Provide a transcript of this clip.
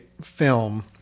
film